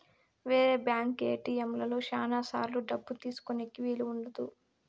వేరే బ్యాంక్ ఏటిఎంలలో శ్యానా సార్లు డబ్బు తీసుకోనీకి వీలు ఉండదు